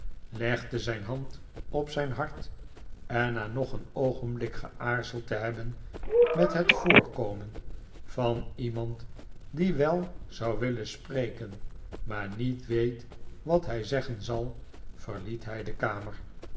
legde zijn hand op zijn hart en na nog een oogenblik geaarzeld te hebben met het voorkomen van iemand die wel zou willen spreken maar niet weet wat hij zeggen zal verliet hij de kamer